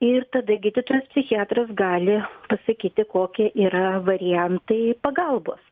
ir tada gydytojas psichiatras gali pasakyti koki yra variantai pagalbos